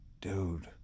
Dude